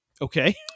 Okay